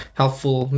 helpful